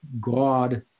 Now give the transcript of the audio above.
God